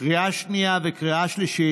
לקריאה שנייה וקריאה שלישית.